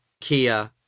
Kia